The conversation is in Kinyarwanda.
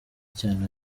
cyane